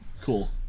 cool